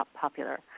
popular